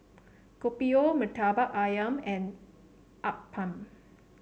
Kopi O Murtabak ayam and Appam